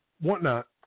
whatnot